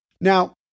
Now